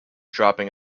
dropping